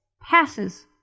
passes